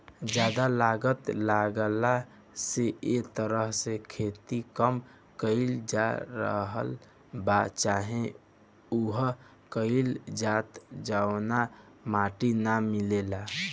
ज्यादा लागत लागला से ए तरह से खेती कम कईल जा रहल बा चाहे उहा कईल जाता जहवा माटी ना मिलेला